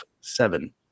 seven